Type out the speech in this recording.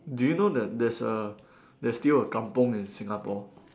do you know that there's a there's still a kampung in Singapore